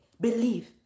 believe